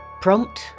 Prompt